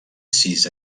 sis